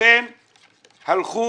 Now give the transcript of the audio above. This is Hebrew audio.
אכן הלכו